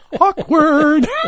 Awkward